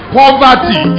poverty